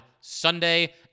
Sunday